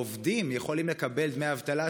העובדים יכולים לקבל דמי אבטלה,